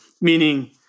meaning